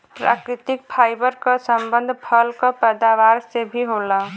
प्राकृतिक फाइबर क संबंध फल क पैदावार से भी होला